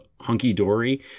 hunky-dory